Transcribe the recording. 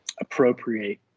appropriate